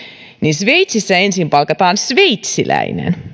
sveitsissä ensin palkataan sveitsiläinen